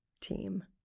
team